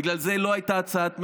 בגלל זה לא הייתה הצעת ממשלה.